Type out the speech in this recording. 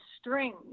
string